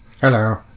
Hello